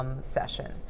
session